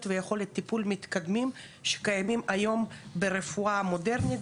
ויכולת טיפול מתקדמים שקיימים ברפואה המודרנית,